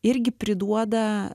irgi priduoda